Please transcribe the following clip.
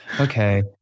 Okay